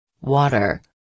Water